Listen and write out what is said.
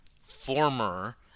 former